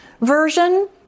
version